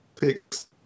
picks